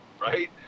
right